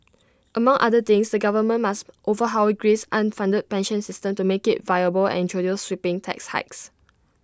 among other things the government must overhaul Greece's underfunded pension system to make IT viable and introduce sweeping tax hikes